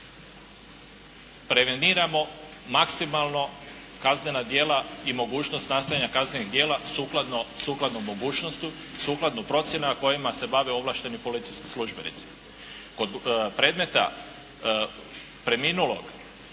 Preveniramo maksimalno kaznena djela i mogućnost nastajanja kaznenih djela sukladno mogućnosti, sukladno procjeni kojima se bave ovlašteni policijski službenici. Kod predmeta preminulog